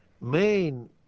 main